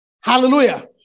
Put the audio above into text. Hallelujah